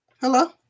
Hello